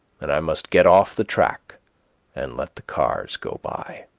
and i must get off the track and let the cars go by